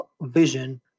vision